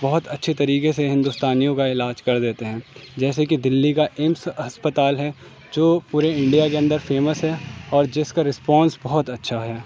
بہت اچھے طریقے سے ہندوستانیوں کا علاج کر دیتے ہیں جیسے کہ دلّی کا ایمس ہسپتال ہے جو پورے انڈیا کے اندر فیمس ہے اور جس کا ریسپانس بہت اچھا ہے